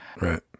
Right